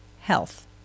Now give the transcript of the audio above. health